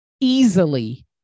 easily